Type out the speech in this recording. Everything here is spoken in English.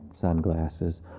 sunglasses